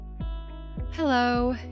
Hello